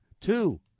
Two